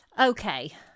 Okay